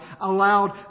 allowed